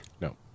No